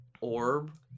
orb